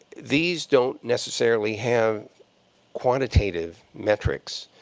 these don't necessarily have quantitative metrics.